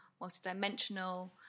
multidimensional